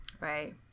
Right